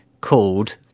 called